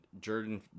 Jordan